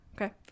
Okay